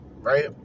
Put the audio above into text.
right